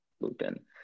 lupin